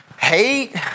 hate